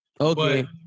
Okay